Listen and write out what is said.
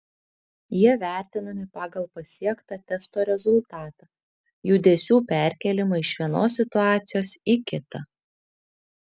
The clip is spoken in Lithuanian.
jie vertinami pagal pasiektą testo rezultatą judesių perkėlimą iš vienos situacijos į kitą